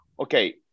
Okay